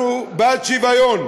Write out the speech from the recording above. אנחנו בעד שוויון,